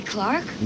Clark